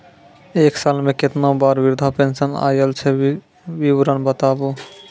एक साल मे केतना बार वृद्धा पेंशन आयल छै विवरन बताबू?